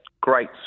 Great